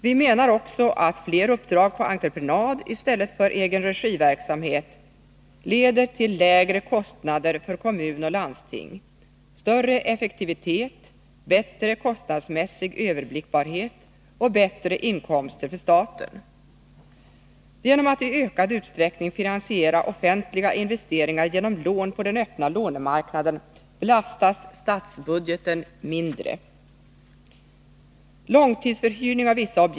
Vi menar också att fler uppdrag på entreprenad i stället för genom egen-regi-verksamhet leder till lägre kostnader för kommuner och landsting, större effektivitet, bättre kostnadsmässig överblickbarhet och större inkomster för staten. Genom att i ökad utsträckning finansiera offentliga investeringar via lån på den öppna lånemarknaden belastas statsbudgeten mindre.